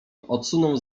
odsunął